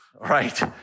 right